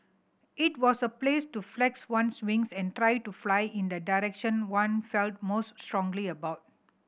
it was a place to flex one's wings and try to fly in the direction one felt most strongly about